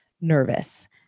nervous